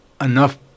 enough